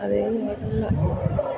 അതേന്നെല്ലാം